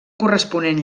corresponent